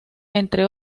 entre